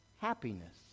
happiness